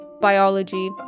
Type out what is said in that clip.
biology